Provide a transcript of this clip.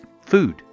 food